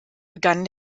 begann